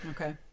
Okay